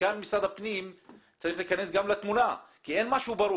כאן משרד הפנים צריך להיכנס לתמונה כי אין משהו ברור.